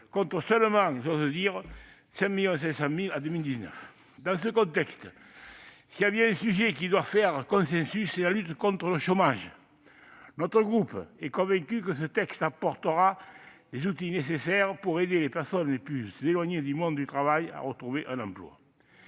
contre seulement- si j'ose dire -5,5 millions en 2019. Dans ce contexte, s'il est un sujet qui doit faire consensus, c'est bien la lutte contre le chômage ! Notre groupe est convaincu que ce texte apportera les outils nécessaires pour aider les personnes les plus éloignées du monde du travail à retrouver un emploi.